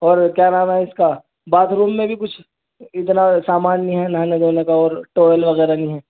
اور کیا نام ہے اس کا باتھ روم میں بھی کچھ اتنا سامان نہیں ہے نہانے دھونے کا اور ٹاویل وغیرہ نہیں ہیں